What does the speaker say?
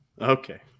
Okay